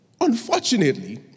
unfortunately